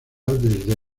desde